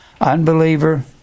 unbeliever